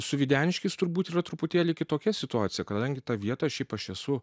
su videniškiais turbūt yra truputėlį kitokia situacija kadangi tą vietą šiaip aš esu